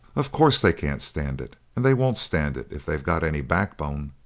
of course they can't stand it, and they won't stand it if they've got any backbone!